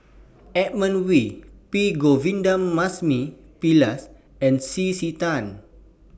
Edmund Wee P Govindasamy Pillai and C C Tan